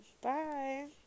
Bye